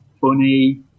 funny